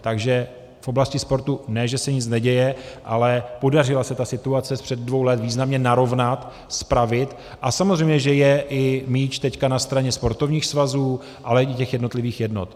Takže v oblasti sportu ne že se nic neděje, ale podařilo se tu situaci z před dvou let významně narovnat, spravit a samozřejmě že je i míč teď na straně sportovních svazů, ale i jednotlivých jednot.